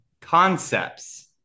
Concepts